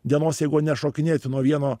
dienos jeigu nešokinėti nuo vieno